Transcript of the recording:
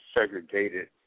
segregated